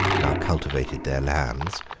now cultivated their lands,